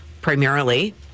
primarily